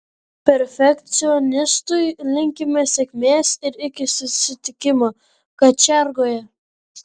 perfekcionistui linkime sėkmės ir iki susitikimo kačiargoje